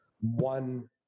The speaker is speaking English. one